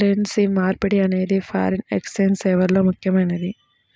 currency మార్పిడి అనేది foreign exchange సేవల్లో ముఖ్యమైనది